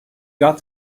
got